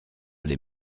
les